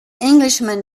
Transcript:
englishman